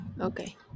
Okay